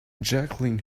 jacqueline